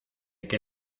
que